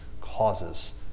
causes